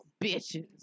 Bitches